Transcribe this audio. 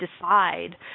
decide